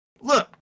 look